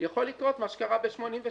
יכול לקרות מה שקרה ב-1983